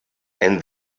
and